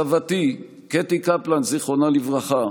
סבתי קטי קפלן, זיכרונה לברכה,